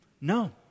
No